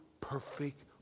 perfect